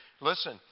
listen